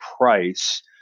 price